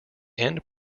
end